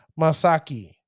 Masaki